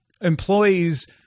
employees